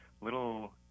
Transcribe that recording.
little